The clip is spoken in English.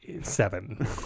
seven